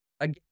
again